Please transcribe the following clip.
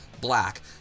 black